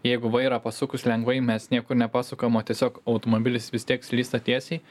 jeigu vairą pasukus lengvai mes niekur nepasukam o tiesiog automobilis vis tiek slysta tiesiai